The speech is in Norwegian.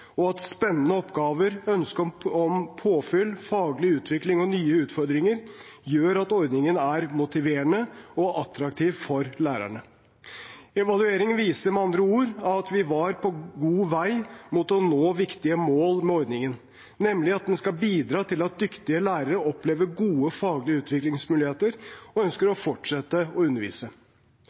og at spennende oppgaver, ønsket om påfyll, faglig utvikling og nye utfordringer gjør at ordningen er motiverende og attraktiv for lærerne. Evalueringen viser med andre ord at vi var på god vei mot å nå viktige mål med ordningen, nemlig at den skal bidra til at dyktige lærere opplever gode faglige utviklingsmuligheter og ønsker å fortsette å undervise.